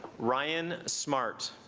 ryan smart